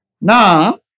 Now